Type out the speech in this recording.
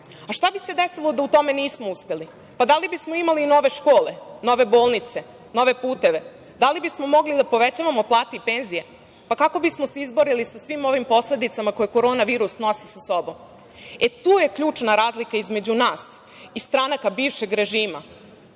bi se desilo da u tome nismo uspeli? Da li bismo imali nove škole, nove bolnice, nove puteve, da li bismo mogli da povećavamo plate i penzije. Kako bismo se izborili sa svim ovim posledicama koje korona virus nosi sa sobom. Tu je ključna razlika između nas i stranaka bivšeg režima